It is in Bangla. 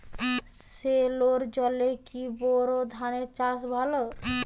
সেলোর জলে কি বোর ধানের চাষ ভালো?